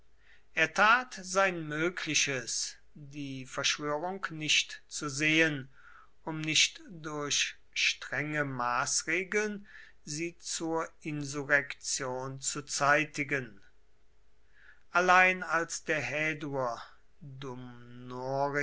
er tat sein mögliches die verschwörung nicht zu sehen um nicht durch strenge maßregeln sie zur insurrektion zu zeitigen allein als der